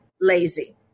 lazy